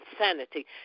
insanity